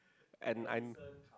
and I